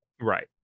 Right